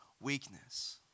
weakness